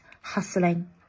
hustling